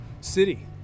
city